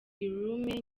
guillaume